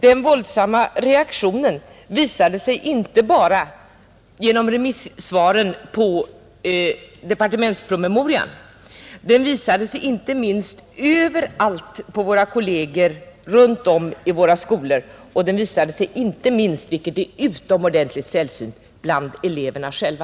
Den visade sig inte bara genom remissvaren på departementspromemorian; den visade sig överallt på kollegierna runt om i våra skolor och inte minst — vilket är utomordentligt sällsynt — bland eleverna själva.